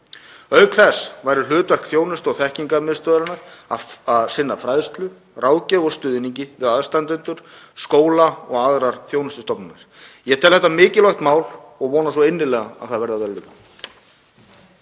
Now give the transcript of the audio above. Auk þess væri hlutverk þjónustu- og þekkingarmiðstöðvarinnar að sinna fræðslu, ráðgjöf og stuðningi við aðstandendur, skóla og aðrar þjónustustofnanir. Ég tel þetta mikilvægt mál og vona svo innilega að það verði að veruleika.